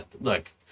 Look